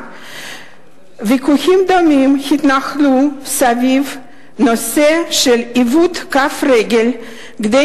התנהלו ויכוחים דומים סביב הנושא של עיוות כף הרגל כדי